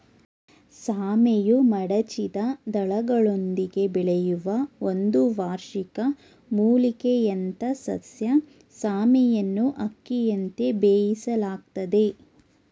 ಸಾಮೆಯು ಮಡಚಿದ ದಳಗಳೊಂದಿಗೆ ಬೆಳೆಯುವ ಒಂದು ವಾರ್ಷಿಕ ಮೂಲಿಕೆಯಂಥಸಸ್ಯ ಸಾಮೆಯನ್ನುಅಕ್ಕಿಯಂತೆ ಬೇಯಿಸಲಾಗ್ತದೆ